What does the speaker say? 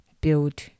build